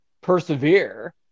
persevere